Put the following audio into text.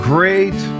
Great